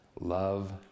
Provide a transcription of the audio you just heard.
Love